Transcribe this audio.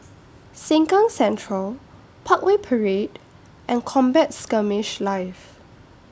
Sengkang Central Parkway Parade and Combat Skirmish Live